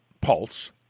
pulse